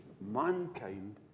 Mankind